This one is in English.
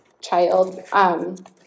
child